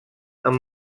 amb